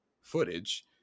footage